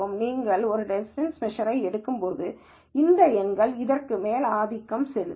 நீங்கள் ஒரு distance measure எடுக்கும்போது இந்த எண்கள் இதற்கு மேல் ஆதிக்கம் செலுத்தும்